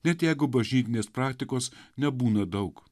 net jeigu bažnytinės praktikos nebūna daug